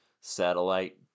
satellite